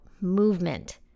movement